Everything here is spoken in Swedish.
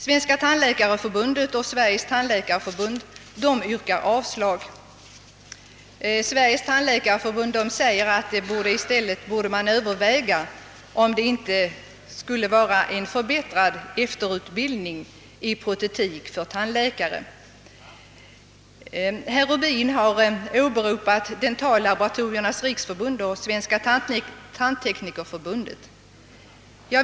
Svenska tandläkare-sällskapet och Sveriges tandläkarförbund yrkar avslag på motionerna. Sveriges tandläkarförbund anför att man i stället för att utvidga rätten att utföra protesarbeten till grupper med lägre kvalifikation borde överväga en förbättrad efterutbildning i protesteknik åt tandläkarna. Herr Rubin åberopade Dentallaboratoriernas riksförbund och Svenska tandteknikerförbundet.